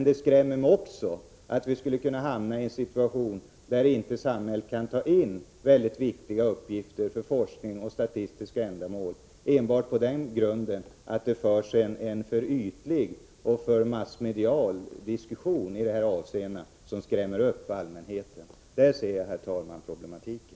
Det skrämmer mig att vi skulle kunna hamna i en situation där samhället inte kan samla in för forskning och statistiska ändamål mycket viktiga uppgifter enbart på den grunden att det i dessa avseenden förs en för ytlig och för massmedial diskussion, som oroar allmänheten. Så ser jag, herr talman, på problematiken.